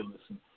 listen